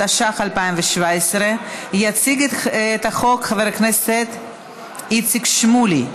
התשע"ח 2017. יציג את הצעת החוק חבר הכנסת איציק שמולי.